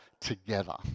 together